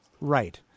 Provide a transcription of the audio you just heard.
Right